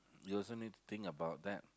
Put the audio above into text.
you also need to think about that